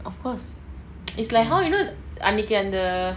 of course it's like how you know அன்னிக்கு அந்த:anniku antha